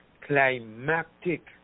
climactic